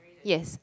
yes